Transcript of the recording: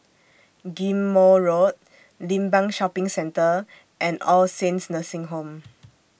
Ghim Moh Road Limbang Shopping Centre and All Saints Nursing Home